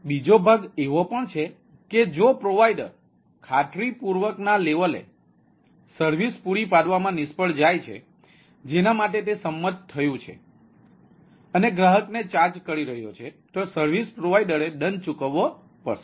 તેથી બીજો ભાગ એવો પણ છે કે જો પ્રોવાઇડર ખાતરીપૂર્વકના લેવલે સર્વિસ પૂરી પાડવામાં નિષ્ફળ જાય છે જેના માટે તે સંમત થયુ છે અને ગ્રાહકને ચાર્જ કરી રહ્યો છે તો સર્વિસ પ્રોવાઇડરે દંડ ચૂકવવો પડશે